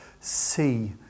see